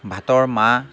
ভাতৰ মাৰ